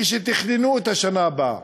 כשתכננו את השנה הבאה.